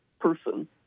person